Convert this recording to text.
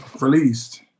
released